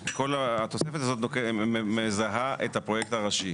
כל התוספת הזאת מזהה את הפרויקט הראשי.